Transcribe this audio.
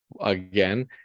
again